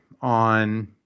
on